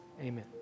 amen